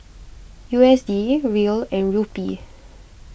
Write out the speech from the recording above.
U S D Riel and Rupee